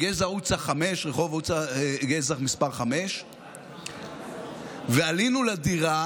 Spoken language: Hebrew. ברחוב גזה 5. עלינו לדירה